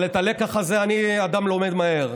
אבל את הלקח הזה אני, אדם לומד מהר,